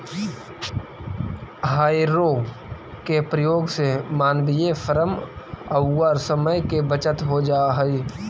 हौरो के प्रयोग से मानवीय श्रम औउर समय के बचत हो जा हई